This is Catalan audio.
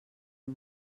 del